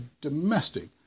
domestic